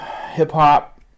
hip-hop